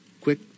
quick